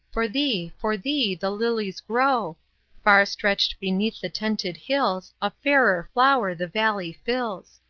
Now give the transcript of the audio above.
for thee, for thee, the lilies grow far stretched beneath the tented hills, a fairer flower the valley fills.